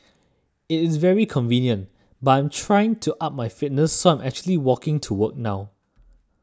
it is very convenient but I'm trying to up my fitness so I'm actually walking to work now